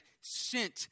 sent